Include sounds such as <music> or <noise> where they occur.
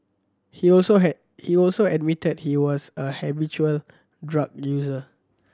he also <unintelligible> he also admitted he was a habitual drug user